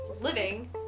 living